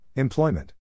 Employment